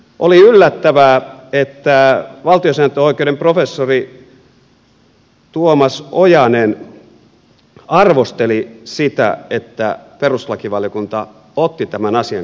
oli yllättävää että valtiosääntöoikeuden professori tuomas ojanen arvosteli sitä että perustuslakivaliokunta otti tämän asian käsittelyyn